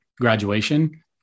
graduation